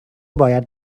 باید